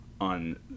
On